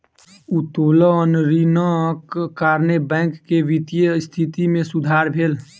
उत्तोलन ऋणक कारणेँ बैंक के वित्तीय स्थिति मे सुधार भेल